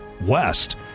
West